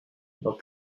dans